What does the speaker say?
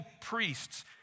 priests